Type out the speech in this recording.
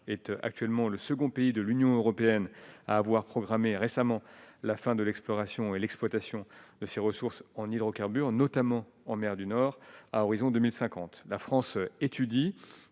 et actuellement le second pays de l'Union européenne à avoir programmé récemment la fin de l'exploration et l'exploitation de ces ressources en hydrocarbures, notamment en mer du Nord, à horizon 2050 la France étudie